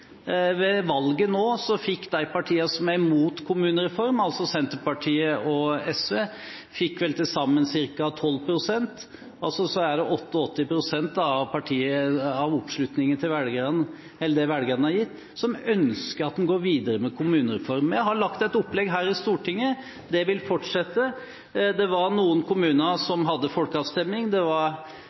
Ved valget nå fikk vel de partiene som er imot kommunereform, altså Senterpartiet og SV, til sammen ca. 12 pst., altså viser oppslutningen til velgerne at det er 88 pst. som ønsker at en går videre med kommunereformen. Vi har et opplegg her i Stortinget. Det vil fortsette. Det var noen kommuner som hadde folkeavstemning. På Fosen ble det